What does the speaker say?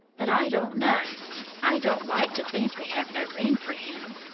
but i don't know i don't like to think we have no ring for him.